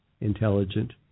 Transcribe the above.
intelligent